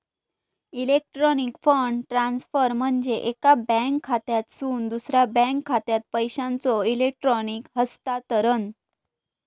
electronic fund transfer म्हणजे एका bank खात्यातसून दुसरा बँक खात्यात पैशांचो इलेक्ट्रॉनिक हस्तांतरण